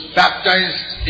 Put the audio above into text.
baptized